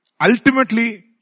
Ultimately